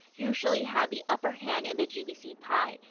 usually have the upper hand in the gvc pie.